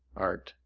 art,